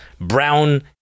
brown